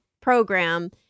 program